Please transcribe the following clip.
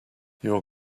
your